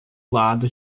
lado